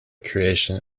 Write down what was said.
creation